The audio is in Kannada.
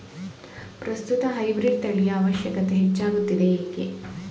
ಪ್ರಸ್ತುತ ಹೈಬ್ರೀಡ್ ತಳಿಯ ಅವಶ್ಯಕತೆ ಹೆಚ್ಚಾಗುತ್ತಿದೆ ಏಕೆ?